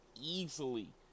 easily